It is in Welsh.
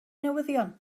newyddion